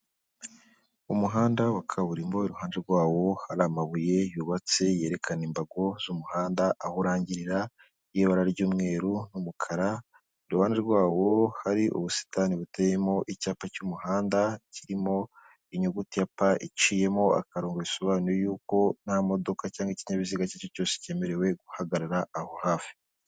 Umuhanda wa kaburimbo iruhande rwawo hari amabuye yubatse yerekana imbago z'aho umuhanda aho urangirira, y'ibara ry'umweru n'umukara, iruhande rwawo hari ubusitani buteyemo icyapa cy'umuhanda, kirimo inyuguti ya pa iciyemo akarongo bisobanuye y'uko nta modoka cyangwa ikinyabiziga icyo ari cyo cyose, cyemerewe guhagarara aho hafi.